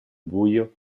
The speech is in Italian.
buio